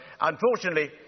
unfortunately